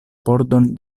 pordon